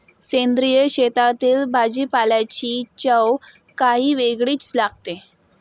सेंद्रिय शेतातील भाजीपाल्याची चव काही वेगळीच लागते